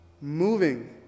moving